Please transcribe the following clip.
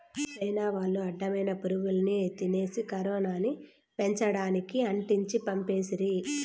China వాళ్లు అడ్డమైన పురుగుల్ని తినేసి కరోనాని పెపంచానికి అంటించి చంపేస్తిరి